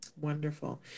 Wonderful